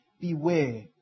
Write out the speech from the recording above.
Beware